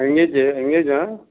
engage ఎంగేజా